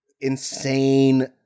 insane